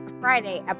friday